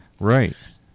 Right